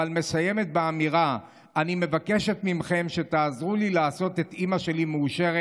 אבל מסיימת באמירה: אני מבקשת מכם שתעזרו לי לעשות את אימא שלי מאושרת.